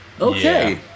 Okay